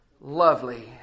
lovely